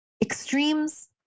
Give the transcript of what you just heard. Extremes